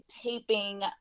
taping